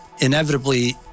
inevitably